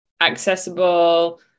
accessible